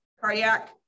cardiac